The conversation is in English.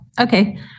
Okay